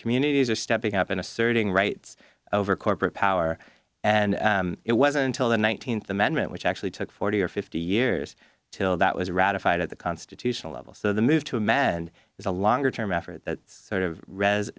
communities are stepping up in asserting rights over corporate power and it wasn't until the nineteenth amendment which actually took forty or fifty years till that was ratified at the constitutional level so the move to a man is a longer term effort that sort of r